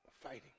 fighting